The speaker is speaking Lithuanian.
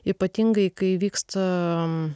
ypatingai kai vyksta